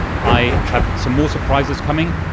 i have some more surprises coming.